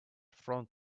front